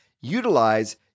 utilize